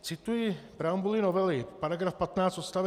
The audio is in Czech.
Cituji preambuli novely § 15 odst.